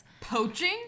Poaching